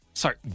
Sorry